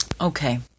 Okay